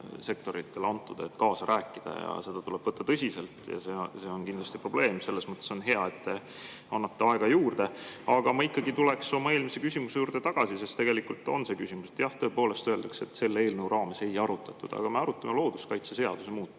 sektoritele antud, et kaasa rääkida. Seda tuleb võtta tõsiselt ja see on kindlasti praegu probleem. Selles mõttes on hea, et te annate aega juurde. Aga ma ikkagi tuleksin oma eelmise küsimuse juurde tagasi, sest tegelikult see on küsimus. Jah, tõepoolest öeldakse, et selle eelnõu raames teemat ei arutatud. Aga me arutame looduskaitseseaduse muutmist.